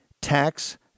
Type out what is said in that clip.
Tax